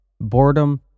boredom